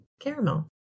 caramel